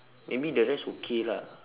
maybe the rest okay lah